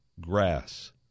grass